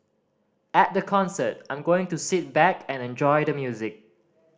at the concert I'm going to sit back and enjoy the music